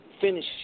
Finish